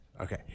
Okay